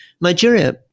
Nigeria